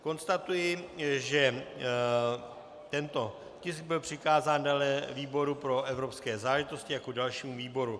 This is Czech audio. Konstatuji, že tento tisk byl přikázán výboru pro evropské záležitosti jako dalšímu výboru.